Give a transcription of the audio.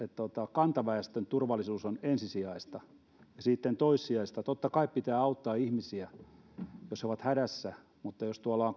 kantaväestön turvallisuus on ensisijaista ja sitten toissijaista totta kai pitää auttaa ihmisiä jos he ovat hädässä mutta jos tuolla